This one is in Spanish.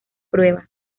prueba